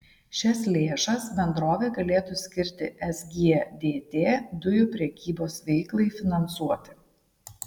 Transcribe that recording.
šias lėšas bendrovė galėtų skirti sgdt dujų prekybos veiklai finansuoti